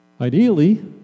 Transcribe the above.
ideally